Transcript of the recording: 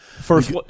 First